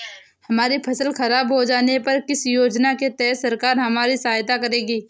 हमारी फसल खराब हो जाने पर किस योजना के तहत सरकार हमारी सहायता करेगी?